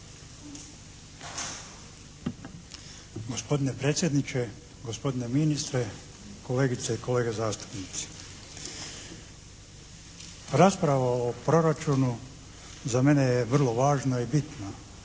Gospodine predsjedniče, gospodine ministre, kolegice i kolege zastupnici. Rasprava o proračunu za mene je vrlo važna i bitna,